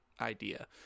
idea